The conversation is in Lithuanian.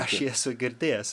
aš jį esu girdėjęs